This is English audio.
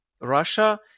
Russia